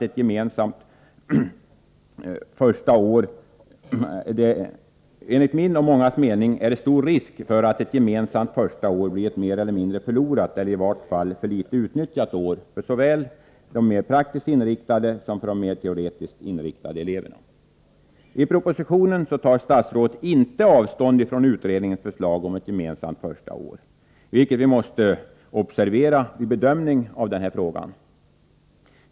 Enligt min och mångas mening är det stor risk för att ett gemensamt första år blir ett mer eller mindre förlorat — eller i vart fall för litet utnyttjat — år såväl för de mer praktiskt inriktade som för de mer teoretiskt inriktade eleverna. I propositionen tar inte statsrådet avstånd från utredningens förslag om ett gemensamt första år, vilket vi måste observera vid bedömningen av denna fråga.